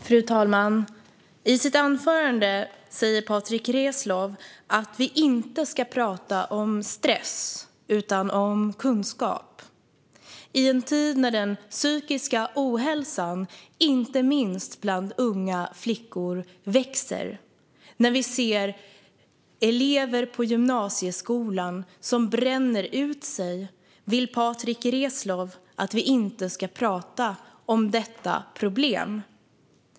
Fru talman! I sitt anförande säger Patrick Reslow att vi inte ska tala om stress utan om kunskap. I en tid när den psykiska ohälsan växer, inte minst bland unga flickor, och när elever i gymnasieskolan bränner ut sig vill Patrick Reslow att vi inte ska tala om detta problem.